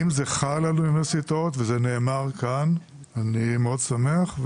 אם זה חל על האוניברסיטאות וזה נאמר כאן אני מאוד שמח,